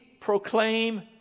proclaim